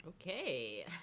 Okay